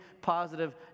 positive